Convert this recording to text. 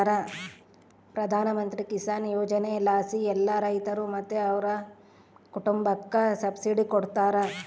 ಪ್ರಧಾನಮಂತ್ರಿ ಕಿಸಾನ್ ಯೋಜನೆಲಾಸಿ ಎಲ್ಲಾ ರೈತ್ರು ಮತ್ತೆ ಅವ್ರ್ ಕುಟುಂಬುಕ್ಕ ಸಬ್ಸಿಡಿ ಕೊಡ್ತಾರ